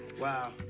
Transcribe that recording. Wow